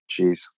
Jeez